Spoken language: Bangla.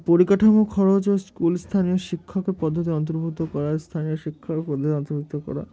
পরিকাঠামো খরচ ও স্কুল স্থানীয় শিক্ষকের পদ্ধতি অন্তর্ভুক্ত করা স্থানীয় শিক্ষকের পদ্ধতি অন্তর্ভুক্ত করা